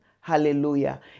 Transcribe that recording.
Hallelujah